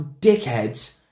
dickheads